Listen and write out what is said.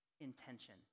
intention